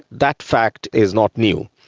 that fact is not new.